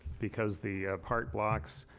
because the park blocks,